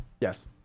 Yes